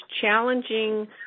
challenging